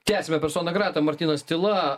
tęsime personą grata martynas tyla